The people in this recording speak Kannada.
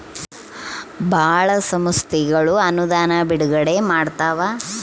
ಭಾಳ ಸಂಸ್ಥೆಗಳು ಅನುದಾನ ಬಿಡುಗಡೆ ಮಾಡ್ತವ